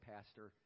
Pastor